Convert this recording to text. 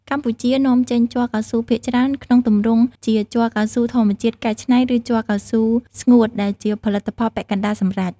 កម្ពុជានាំចេញជ័រកៅស៊ូភាគច្រើនក្នុងទម្រង់ជាជ័រកៅស៊ូធម្មជាតិកែច្នៃ ឬ ជ័រកៅស៊ូស្ងួត ដែលជាផលិតផលពាក់កណ្តាលសម្រេច។